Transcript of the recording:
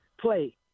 play